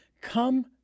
come